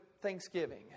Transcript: Thanksgiving